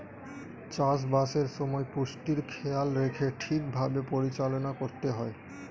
চাষ বাসের সময় পুষ্টির খেয়াল রেখে ঠিক ভাবে পরিচালনা করতে হয়